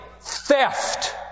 theft